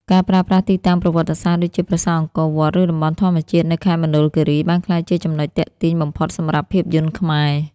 ការប្រើប្រាស់ទីតាំងប្រវត្តិសាស្ត្រដូចជាប្រាសាទអង្គរវត្ត ឬតំបន់ធម្មជាតិនៅខេត្តមណ្ឌលគិរី បានក្លាយជាចំណុចទាក់ទាញបំផុតសម្រាប់ភាពយន្តខ្មែរ។